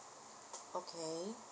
okay